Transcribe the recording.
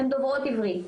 הן דוברות עברית,